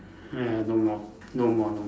ah no more no more no more